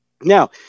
Now